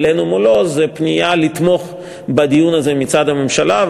העלינו מולו זה פנייה לתמוך בדיון הזה מצד הממשלה,